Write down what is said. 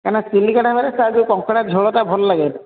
କାଇଁନା ଚିଲିକା ଢ଼ାବା ରେ ତା'ର ଯୋଉ କଙ୍କଡ଼ା ଝୋଳଟା ଭଲ୍ ଲାଗେନି